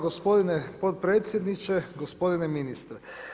Gospodine potpredsjedniče, gospodine ministre.